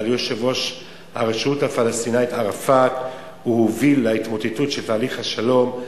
אבל יושב-ראש הרשות הפלסטינית ערפאת הוביל להתמוטטות של תהליך השלום,